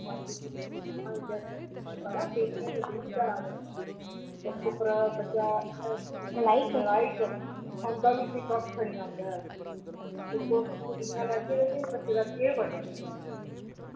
नलायक